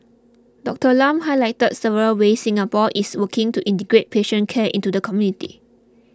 Doctor Lam highlighted several ways Singapore is working to integrate patient care into the community